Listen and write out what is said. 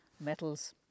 metals